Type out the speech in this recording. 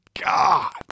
God